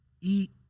eat